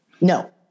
No